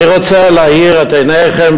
אני רוצה להאיר את עיניכם,